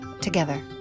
together